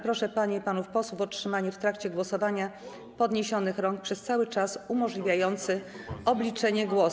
Proszę panie i panów posłów o trzymanie w trakcie głosowania podniesionych rąk przez czas umożliwiający obliczenie głosów.